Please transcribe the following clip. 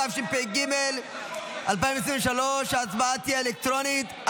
התשפ"ג 2023. ההצבעה תהיה אלקטרונית.